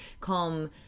Come